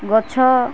ଗଛ